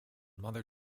mother